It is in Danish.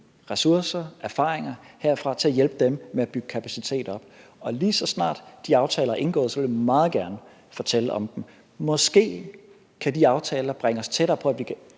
ressourcer, erfaringer herfra til at hjælpe dem med at bygge kapacitet op. Og lige så snart de aftaler er indgået, vil jeg meget gerne fortælle om dem. Måske kan de aftaler bringe os tættere på, at vi kan